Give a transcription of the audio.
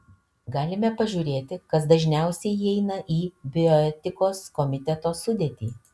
galime pažiūrėti kas dažniausiai įeina į bioetikos komiteto sudėtį